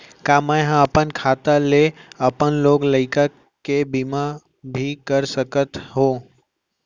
का मैं ह अपन खाता ले अपन लोग लइका के भी बीमा कर सकत हो